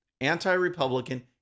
Anti-Republican